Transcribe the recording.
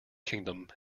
kingdom